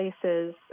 places